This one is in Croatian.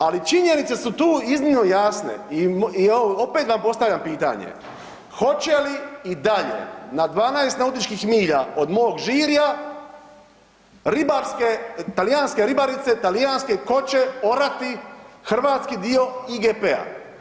Ali činjenice su tu iznimno jasne i opet vam postavljam pitanje hoće li i dalje na 12 nautičkih milja od mog Žirja ribarske, talijanske ribarice, talijanske koće orati hrvatski dio IGP-a?